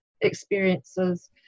experiences